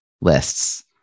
lists